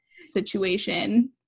situation